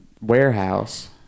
warehouse